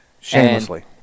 shamelessly